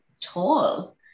tall